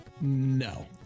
no